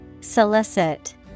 Solicit